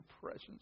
presence